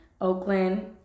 Oakland